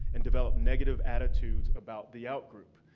and develop negative attitudes about the outgroup.